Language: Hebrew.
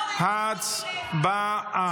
2024. הצבעה.